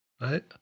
Right